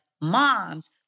moms